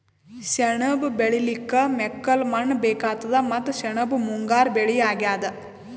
ಸೆಣಬ್ ಬೆಳಿಲಿಕ್ಕ್ ಮೆಕ್ಕಲ್ ಮಣ್ಣ್ ಬೇಕಾತದ್ ಮತ್ತ್ ಸೆಣಬ್ ಮುಂಗಾರ್ ಬೆಳಿ ಅಗ್ಯಾದ್